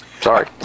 Sorry